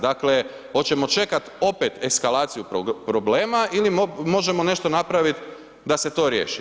Dakle hoćemo čekat opet eskalaciju problema ili možemo nešto napraviti da se to riješi?